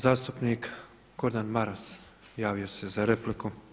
Zastupnik Gordan Maras, javio se za repliku.